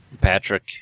Patrick